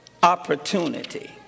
opportunity